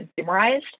consumerized